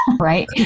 right